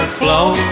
flow